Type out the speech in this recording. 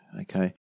Okay